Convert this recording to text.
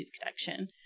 connection